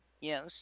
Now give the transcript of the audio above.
Yes